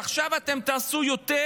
עכשיו אתם תעשו יותר,